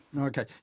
Okay